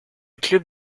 club